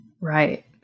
Right